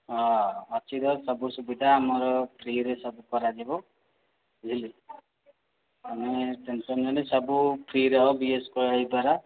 ହଁ ଅଛି ଯଦି ସବୁ ସୁବିଧା ଆମର ଫ୍ରିରେ ସବୁ କରାଯିବ ବୁଝିଲେ ତମେ ଟେନ୍ସନ୍ ନିଅନି ସବୁ ଫ୍ରିରେ ହେବ ବି ଏସ୍ କେ ୱାଇ ଦ୍ୱାରା